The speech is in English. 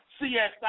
CSI